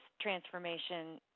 transformation